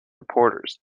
reporters